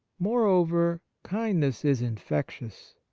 moreover, kindness is infectious.